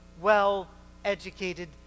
well-educated